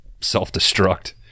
self-destruct